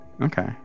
Okay